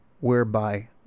whereby